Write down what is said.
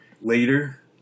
later